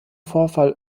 vorfall